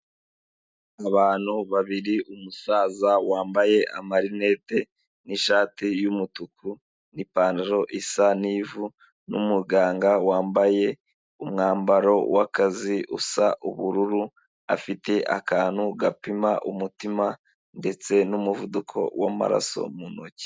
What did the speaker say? Abantu babiri, umusaza wambaye amarinete n'ishati y'umutuku n'ipantaro isa n'ivu n'umuganga wambaye umwambaro w'akazi usa ubururu, afite akantu gapima umutima ndetse n'umuvuduko w'amaraso mu ntoki.